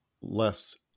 less